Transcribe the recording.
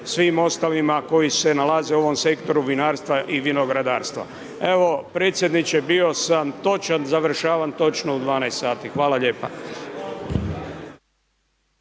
svim ostalima koji se nalaze u ovom sektoru vinarstva i vinogradarstva. Evo, predsjedniče bio sam točan, završavam točno u 12,00 sati. Hvala lijepo.